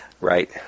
Right